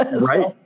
right